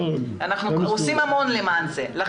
אנחנו עושים המון למען כך.